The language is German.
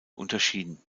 unterschieden